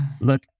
Look